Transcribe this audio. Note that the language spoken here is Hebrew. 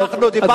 אנחנו דיברנו פה,